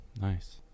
nice